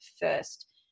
first